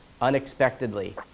unexpectedly